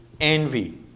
envy